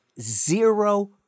zero